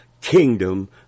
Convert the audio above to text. kingdom